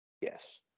yes